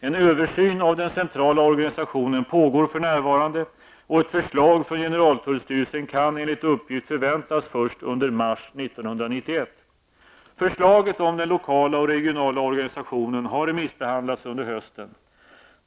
En översyn av den centrala organisationen pågår för närvarande och ett förslag från generaltullstyrelsen kan enligt uppgift förväntas först under mars 1991. Förslaget om den lokala och regionala organisationen har remissbehandlats under hösten.